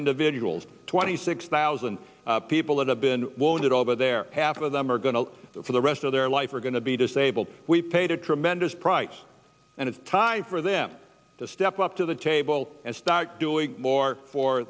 individuals twenty six thousand people that have been wounded over there half of them are going to for the rest of their life are going to be disabled we paid a tremendous price and it's tie for them to step up to the table and start doing more for